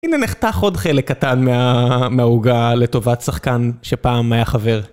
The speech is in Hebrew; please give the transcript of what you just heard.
הנה נחתך עוד חלק קטן מהעוגה לטובת שחקן שפעם היה חבר.